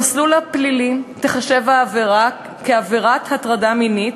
במסלול הפלילי תיחשב העבירה כעבירת הטרדה מינית,